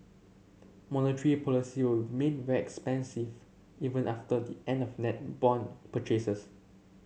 monetary policy will remain very expansive even after the end of net bond purchases